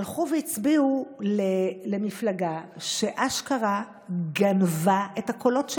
הלכו והצביעו למפלגה שאשכרה גנבה את הקולות שלהם.